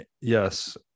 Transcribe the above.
yes